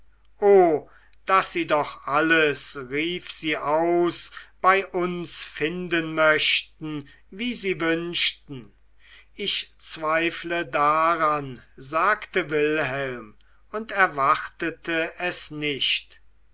o daß sie doch alles rief sie aus bei uns finden möchten wie sie wünschten ich zweifle daran sagte wilhelm und erwarte es nicht